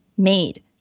made